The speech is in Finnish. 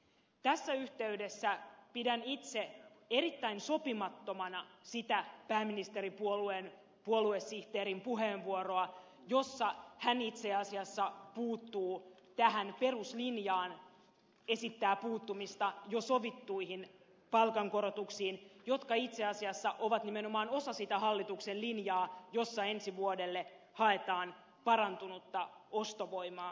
tässä yhteydessä pidän itse erittäin sopimattomana sitä pääministeripuolueen puoluesihteerin puheenvuoroa jossa hän itse asiassa puuttuu tähän peruslinjaan esittää puuttumista jo sovittuihin palkankorotuksiin jotka itse asiassa ovat nimenomaan osa sitä hallituksen linjaa jossa ensi vuodelle haetaan parantunutta ostovoimaa